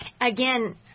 again